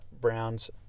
Browns